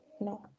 no